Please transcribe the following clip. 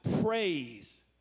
praise